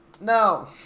No